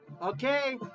okay